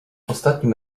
ostatnim